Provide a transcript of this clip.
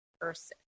person